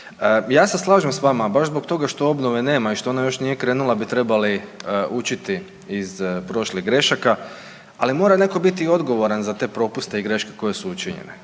Ja se slažem s vama, baš zbog toga što obnove nema i što ona još nije krenula bi trebali učiti iz prošlih grešaka. Ali, mora netko biti i odgovoran za te propuste i greške koje su učinjene.